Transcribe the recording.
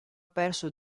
perso